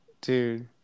Dude